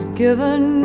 given